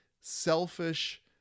selfish